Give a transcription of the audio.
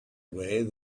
way